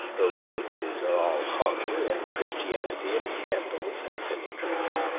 though the witches are all hung, and christianity and candles have been introduced.